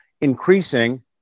increasing